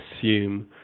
assume